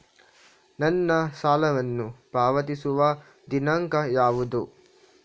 ನನ್ನ ಸಾಲವನ್ನು ಪಾವತಿಸುವ ದಿನಾಂಕ ಯಾವುದು?